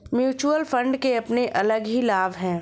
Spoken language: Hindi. म्यूच्यूअल फण्ड के अपने अलग ही लाभ हैं